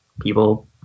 people